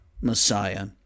Messiah